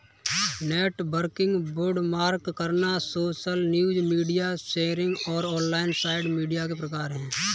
networking, bookmark करना, social news, media sharing और online site media के प्रकार हैं